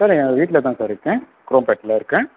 sir என் வீட்டில் தான் சார் இருக்கேன் க்ரோம்பேட்டில் இருக்கேன்